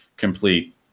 complete